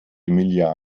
emilia